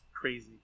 crazy